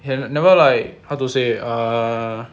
and never like how to say err